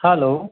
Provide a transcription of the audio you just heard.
hello